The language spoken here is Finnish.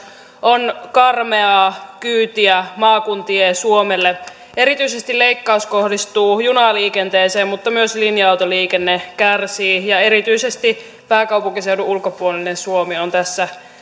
on karmeaa kyytiä maakuntien suomelle erityisesti leikkaus kohdistuu junaliikenteeseen mutta myös linja autoliikenne kärsii ja erityisesti pääkaupunkiseudun ulkopuolinen suomi on tässä